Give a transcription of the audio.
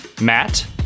Matt